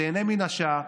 תיהנה מן השעה.